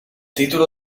título